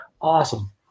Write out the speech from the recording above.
Awesome